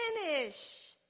finish